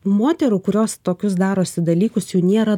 moterų kurios tokius darosi dalykus jų nėra